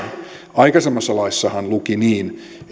aikaisemmassa laissahan luki niin